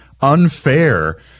unfair